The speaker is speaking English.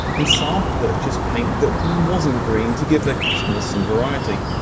and saab purchased paint that wasn't green to give their customers some variety!